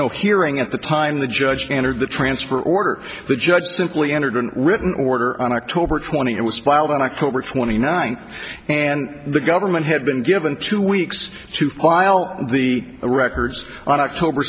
no hearing at the time the judge entered the transfer or the judge simply entered written order on october twentieth was filed on october twenty ninth and the government had been given two weeks to pile the records on october